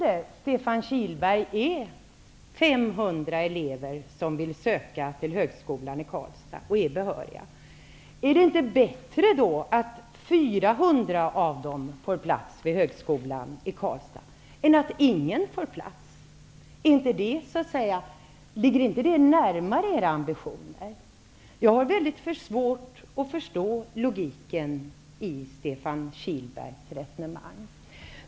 Antag, Stefan Kihlberg, att 500 elever vill söka till högskolan i Karlstad och är behöriga. Är det då inte bättre att 400 av dem får plats vid högskolan i Karlstad än att ingen får plats? Ligger inte det närmare era ambitioner? Jag har väldigt svårt att förstå logiken i Stefan Kihlbergs resonemang.